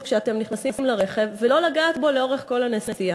כשאתם נכנסים לרכב ולא לגעת בו לאורך כל הנסיעה.